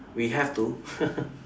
we have to